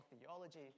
theology